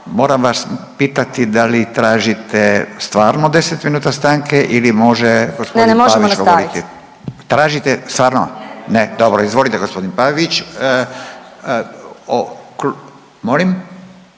Moram vas pitati, da li tražite stvarno 10 minuta stanke ili može gospodin Pavić govoriti? … /Upadica Orešković: Ne, ne, možemo nastaviti./ … Tražite? Stvarno? Ne. Dobro. Izvolite gospodine Pavić. …